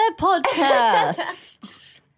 podcast